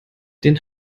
den